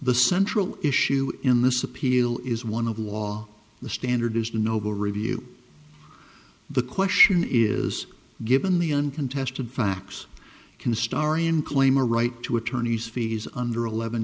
the central issue in this appeal is one of law the standard is noble review the question is given the uncontested facts can star in claim a right to attorney's fees under eleven